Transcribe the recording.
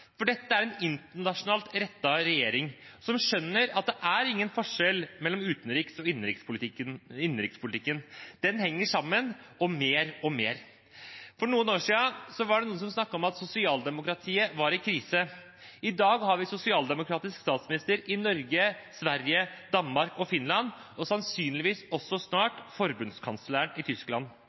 Dette er en internasjonalt rettet regjering som skjønner at det ikke er noen forskjell mellom utenriks- og innenrikspolitikken. Den henger mer og mer sammen. For noen år siden var det noen som snakket om at sosialdemokratiet var i krise. I dag har vi sosialdemokratisk statsminister i Norge, Sverige, Danmark og Finland og sannsynligvis også snart forbundskansler i Tyskland.